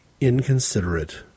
inconsiderate